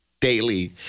daily